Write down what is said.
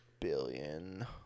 billion